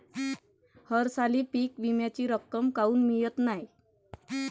हरसाली पीक विम्याची रक्कम काऊन मियत नाई?